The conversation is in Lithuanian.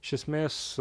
iš esmės